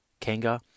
Kenga